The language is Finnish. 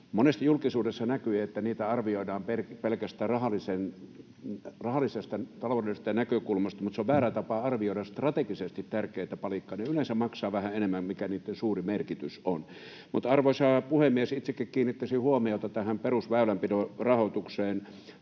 Monesti julkisuudessa näkyy, että niitä arvioidaan pelkästään taloudellisesta näkökulmasta, mutta se on väärä tapa arvioida strategisesti tärkeitä palikoita. Ne yleensä maksavat vähän enemmän, mutta niillä on suuri merkitys. Arvoisa puhemies! Itsekin kiinnittäisin huomiota tähän perusväylänpidon rahoitukseen.